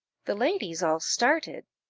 the ladies all started,